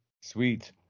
Sweet